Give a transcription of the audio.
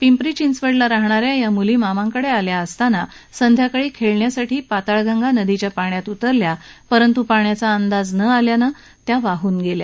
पिंपरी चिंचवड ला राहणाऱ्या या मुली मामांकडे आल्या असताना काल संध्याकाळी खेळण्यासाठी पातळगंगा नदीच्या पाण्यात उतरल्या परंतु पाण्याचा अंदाज न आल्यानं त्या दोघी पाण्यात वाडून गेल्या